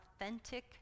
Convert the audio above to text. authentic